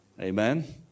Amen